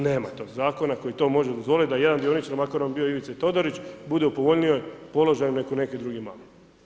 Nema tog zakona koji to može dozvoliti da jedan dioničar, makar on bio Ivica Todorić bude u povoljnijem položaju nego neki drugi mali.